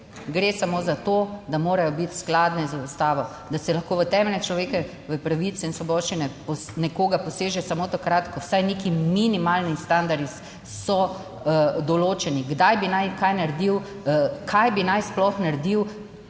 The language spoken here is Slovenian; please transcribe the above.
gre samo za to, da morajo biti skladne z ustavo, da se lahko v temeljne človekove pravice in svoboščine nekoga poseže samo takrat, ko so vsaj neki minimalni standardi določeni, kdaj bi naj kaj naredil, kaj bi naj sploh naredil,